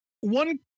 one